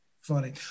funny